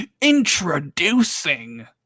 introducing